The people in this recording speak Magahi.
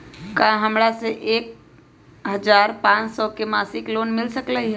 का हमरा के एक हजार पाँच सौ के मासिक लोन मिल सकलई ह?